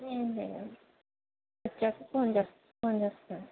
ఏం లేదండి వచ్చాక ఫోన్ చేస్తారు ఫోన్ చేస్తారు